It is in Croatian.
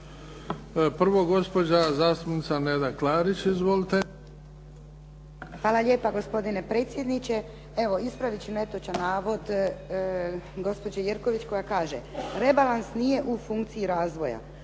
Prvo gospođa zastupnica Neda Klarić. Izvolite. **Klarić, Nedjeljka (HDZ)** Hvala lijepa, gospodine predsjedniče. Evo ispravit ću netočan navod gospođe Jerković koja kaže: "Rebalans nije u funkciji razvoja."